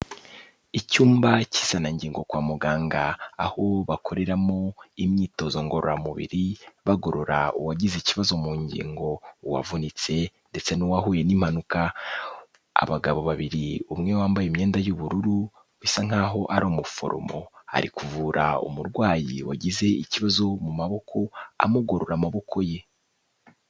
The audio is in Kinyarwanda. Icyumba cy'isanangingo kwa muganga, aho bakoreramo imyitozo ngororamubiri, bagorora uwagize ikibazo mu ngingo, uwavunitse ndetse n'uwahuye n'impanuka, abagabo babiri umwe wambaye imyenda y'ubururu bisa nkaho ari umuforomo, ari kuvura umurwayi wagize ikibazo mu maboko, amugorora amaboko ye.